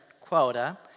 quota